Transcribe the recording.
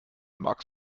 marx